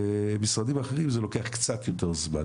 ומשרדים אחרים זה לוקח קצת יותר זמן,